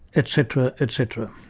etc, etc.